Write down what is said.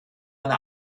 eine